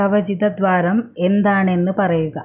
കവചിത ദ്വാരം എന്താണെന്ന് പറയുക